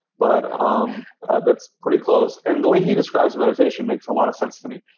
but um that's pretty close. and the way he describes meditation makes a lot of sense to me.